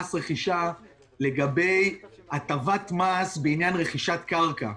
מס ורכישה לגבי הטבת מס בעניין רכישת קרקע.